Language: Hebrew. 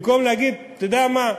במקום להגיד, אתה יודע מה?